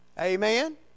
Amen